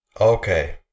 Okay